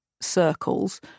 circles